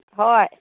ꯍꯣꯏ